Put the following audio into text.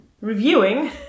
reviewing